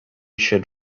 should